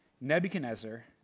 Nebuchadnezzar